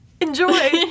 Enjoy